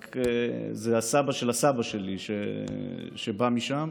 רק שזה הסבא של הסבא שלי שבא משם,